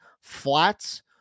flats